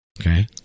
Okay